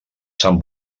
sang